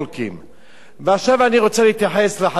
ועכשיו אני רוצה להתייחס לחבר הכנסת מולה,